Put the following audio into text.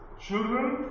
Children